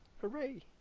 Hooray